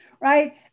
right